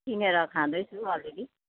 किनेर खाँदैछु अलिअलि